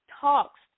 Talks